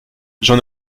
j’en